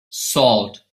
salt